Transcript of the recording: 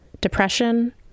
Depression